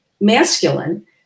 masculine